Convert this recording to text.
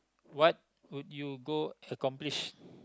what would you go accomplish